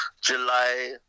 July